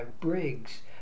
Briggs